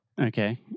Okay